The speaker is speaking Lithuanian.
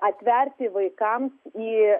atverti vaikams į